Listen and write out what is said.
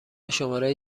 شماره